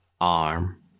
arm